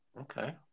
okay